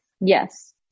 Yes